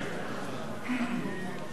עכשיו הפסקה.